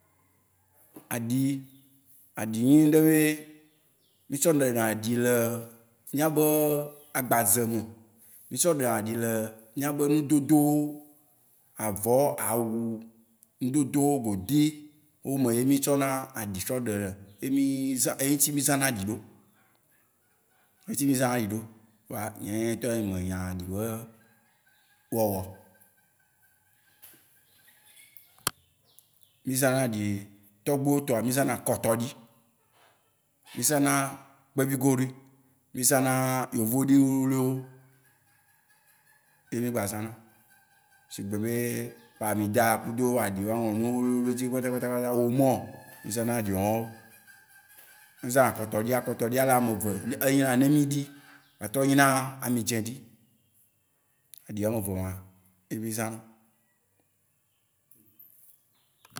Aɖi, aɖi nyi nuɖe be mí tsɔ ɖena eɖi le mía be agbadze me. Mí tsɔ ɖena ɖi le mía be nudodowo, avɔ, awu, nudodowo, godi, wó me ye mí tsɔ na aɖi tsɔ ɖena- ye mí- ye ŋutsi mí zã na aɖi ɖo. Ye ŋutsi mí zã na aɖi ɖo. Kpoa, nye ŋutɔ yea nye me nya aɖi be wɔwɔ oo. <Xeviwo dzi ha>. Mí zã na aɖi tɔgbuiwó tɔa. Mí zã na akɔtɔ ɖi. Mí zã na kpevi goɖui. Mí zã na yovoɖi wuwlui wó ye mí gba zã na, sigbe be palmida kudo aɖiwo wóa ŋlɔ nu wluwlui ɖe edzi kpata kpata kpata, Omo. Mí zã na aɖi ma wó. Mí zã na akɔtɔ ɖi. Akɔtɔ ɖia le ame eve. Enyi na nemi ɖi, gba trɔ nyi na amidzẽ ɖi. Aɖi ame eve ma ye mí zã na.